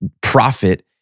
profit